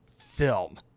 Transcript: Film